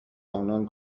انان